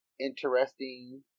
interesting